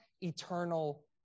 eternal